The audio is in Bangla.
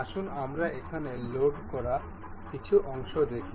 আসুন আমরা এখানে লোড করা কিছু অংশ দেখি